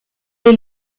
est